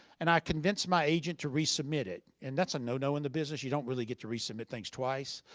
and i convinced my agent to resubmit it. and that's a no-no in the business. you don't really get to resubmit things twice.